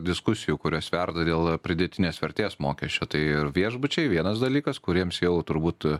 diskusijų kurios verda dėl pridėtinės vertės mokesčio tai ir viešbučiai vienas dalykas kuriems jau turbūt